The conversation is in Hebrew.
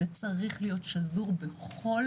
זה צריך להיות שזור בכל